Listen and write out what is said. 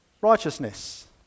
righteousness